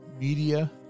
media